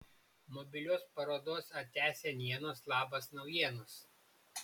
mobilios parodos atia senienos labas naujienos